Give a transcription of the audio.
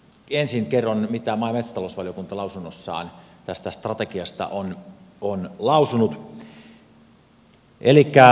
ensin kerron mitä maa ja metsätalousvaliokunta lausunnossaan tästä strategiasta on lausunut